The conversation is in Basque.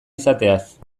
izateaz